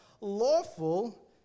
lawful